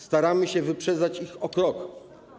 Staramy się wyprzedzać ich o krok.